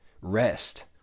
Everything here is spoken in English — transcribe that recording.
rest